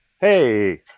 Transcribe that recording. Hey